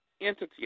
entity